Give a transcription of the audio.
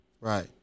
Right